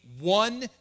one